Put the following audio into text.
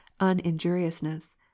uninjuriousness